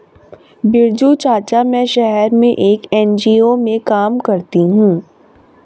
बिरजू चाचा, मैं शहर में एक एन.जी.ओ में काम करती हूं